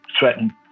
threatened